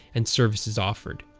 and services offered.